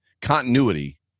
continuity